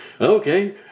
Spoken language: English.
Okay